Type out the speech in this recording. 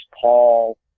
Paul